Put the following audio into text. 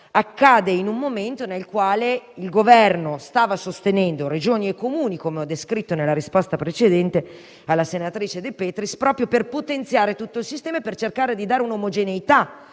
accade in un momento nel quale il Governo stava sostenendo Regioni e Comuni, come ho descritto nella risposta precedente alla senatrice De Petris, proprio per potenziare tutto il sistema e per cercare di garantire un'omogeneità,